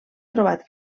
trobat